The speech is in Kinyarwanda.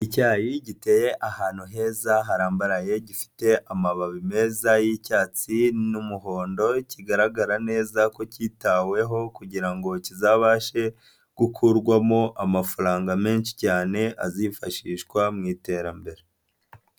Icyayi giteye ahantu heza harambaraye gifite amababi meza y'icyatsi n'umuhondo, kigaragara neza ko kitaweho kugira kizabashe gukurwamo amafaranga menshi cyane azifashishwa mu iterambere.